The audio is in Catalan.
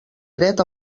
dret